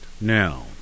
Now